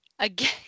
Again